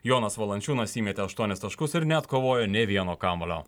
jonas valančiūnas įmetė aštuonis taškus ir neatkovojo nė vieno kamuolio